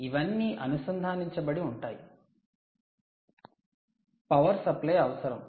ఇవన్నీ అనుసంధానించబడి ఉంటాయి పవర్ సప్లై అవసరం